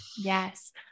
Yes